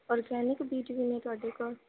organic ਬੀਜ ਵੀ ਨੇ ਤੁਹਾਡੇ ਕੋਲ